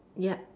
yup